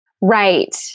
Right